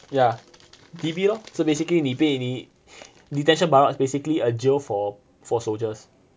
ya D_B lor so basically 你被你 detention barracks basically a jail for for soldiers